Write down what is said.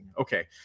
Okay